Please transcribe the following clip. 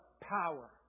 power